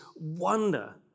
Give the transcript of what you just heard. wonder